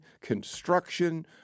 construction